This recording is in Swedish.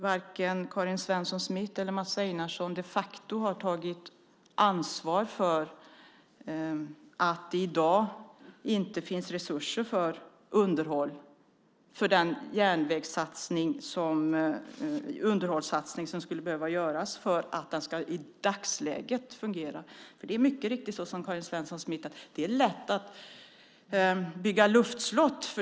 Varken Karin Svensson Smith eller Mats Einarsson har tagit ansvar för att det i dag inte finns resurser för den underhållssatsning som skulle behöva göras för att järnvägen i dagsläget ska fungera. Det är mycket riktigt så som Karin Svensson Smith säger. Det är lätt att bygga luftslott.